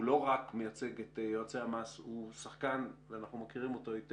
הוא לא רק מייצג את יועצי המס אלא הוא שחקן מאוד רציני,